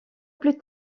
plus